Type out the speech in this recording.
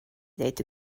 ddweud